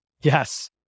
Yes